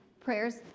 prayers